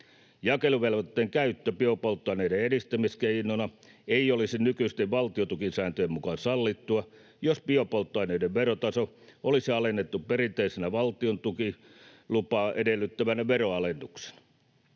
Jakeluvelvoitteen käyttö biopolttoaineiden edistämiskeinona ei olisi nykyisten valtiontukisääntöjen mukaan sallittua, jos biopolttoaineiden verotaso olisi alennettu perinteisenä valtiontukilupaa edellyttävänä veronalennuksena.